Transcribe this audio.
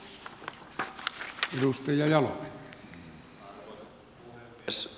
arvoisa puhemies